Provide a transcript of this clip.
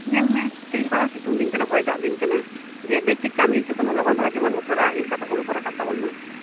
ᱧᱮᱞ ᱢᱮ ᱛᱮᱦᱮᱧ ᱜᱟᱯᱟ ᱢᱟ ᱥᱤᱛᱩᱝ ᱫᱤᱱ ᱠᱟᱱᱟ ᱦᱚᱭ ᱫᱟᱜ ᱫᱤᱱ ᱠᱟᱱᱟ ᱡᱮ ᱵᱮᱥᱴᱷᱤᱠ ᱠᱟᱹᱢᱤ ᱦᱚᱪᱚ ᱠᱚᱢᱮ ᱡᱮ ᱞᱚᱜᱚᱱ ᱫᱷᱟᱨᱟ ᱡᱮᱢᱚᱱ ᱩᱥᱟᱹᱨᱟ ᱤᱨ ᱠᱟᱛᱮᱫ ᱦᱩᱲᱩ ᱠᱚ ᱨᱟᱠᱟᱵᱽ ᱛᱟᱵᱮᱱ ᱢᱟ